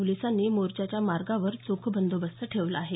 पोलीसांनी मोर्चाच्या मार्गावर चोख बंदोबस्त ठेवला आहे